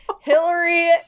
Hillary